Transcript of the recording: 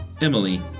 Emily